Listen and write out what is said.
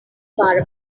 bar